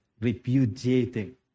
repudiating